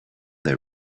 they